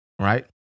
right